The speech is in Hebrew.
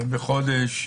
ראשון,